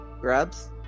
Grubs